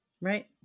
Right